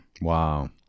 Wow